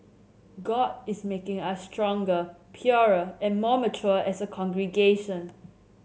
god is making us stronger purer and more mature as a congregation